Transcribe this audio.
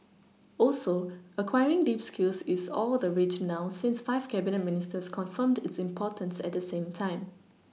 also acquiring deep skills is all the rage now since five Cabinet Ministers confirmed its importance at the same time